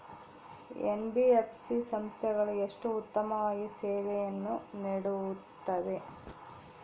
NBFC ಸಂಸ್ಥೆಗಳು ಎಷ್ಟು ಉತ್ತಮವಾಗಿ ಸೇವೆಯನ್ನು ನೇಡುತ್ತವೆ?